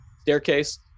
staircase